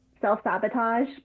self-sabotage